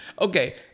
Okay